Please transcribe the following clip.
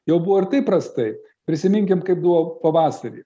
jau buvo ir taip prastai prisiminkim kaip buvo pavasarį